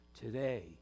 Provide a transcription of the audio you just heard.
today